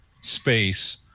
space